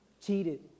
Cheated